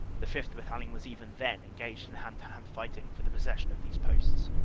the fifth. battalion was even then engaged in hand-to-hand fighting for the possession of these posts.